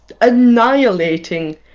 annihilating